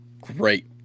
great